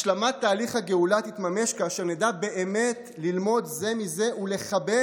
השלמת תהליך הגאולה תתממש כאשר נדע באמת ללמוד זה מזה ולחבר